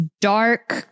dark